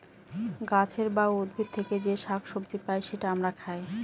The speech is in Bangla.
গাছের বা উদ্ভিদ থেকে যে শাক সবজি পাই সেটা আমরা খাই